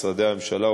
משרדי הממשלה,